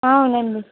అవునండి